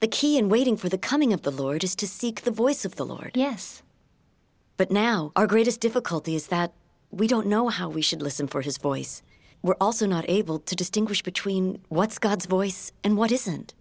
the key in waiting for the coming of the lord is to seek the voice of the lord yes but now our greatest difficulty is that we don't know how we should listen for his voice we're also not able to distinguish between what's god's voice and what isn't